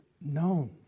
known